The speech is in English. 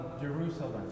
Jerusalem